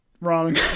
Wrong